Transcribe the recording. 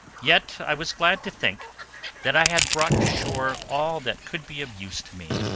yet i was glad to think that i had brought to shore all that could be of use to me.